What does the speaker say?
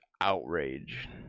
outrage